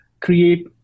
create